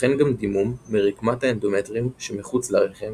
ייתכן גם דימום מרקמת האנדומטריום שמחוץ לרחם